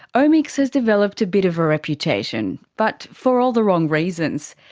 omics has developed a bit of a reputation, but for all the wrong reasons.